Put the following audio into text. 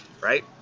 right